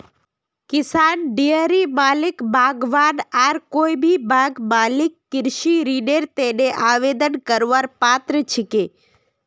किसान, डेयरी मालिक, बागवान आर कोई भी बाग मालिक कृषि ऋनेर तने आवेदन करवार पात्र छिके